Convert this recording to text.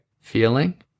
feeling